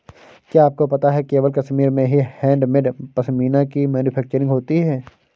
क्या आपको पता है केवल कश्मीर में ही हैंडमेड पश्मीना की मैन्युफैक्चरिंग होती है